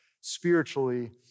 spiritually